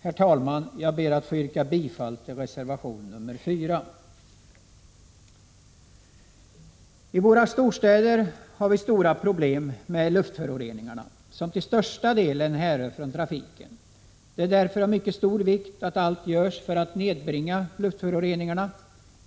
Herr talman! Jag ber att få yrka bifall till reservation nr 4. I våra storstäder har vi stora problem med luftföroreningar, som till största delen härrör från trafiken. Det är därför av mycket stor vikt att allt görs för att nedbringa luftföroreningarna.